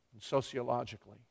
sociologically